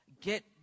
Get